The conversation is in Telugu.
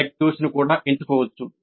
ఎలెక్టివ్ ఎంచుకోవచ్చు